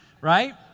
Right